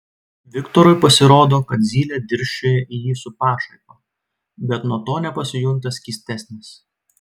viktorui pasirodo kad zylė dirsčioja į jį su pašaipa bet nuo to nepasijunta skystesnis